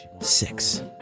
six